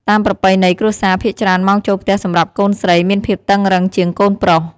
តាមប្រពៃណីគ្រួសារ ភាគច្រើនម៉ោងចូលផ្ទះសម្រាប់កូនស្រីមានភាពតឹងរឹងជាងកូនប្រុស។